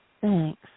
Thanks